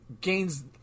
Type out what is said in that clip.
gains